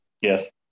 Yes